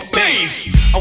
bass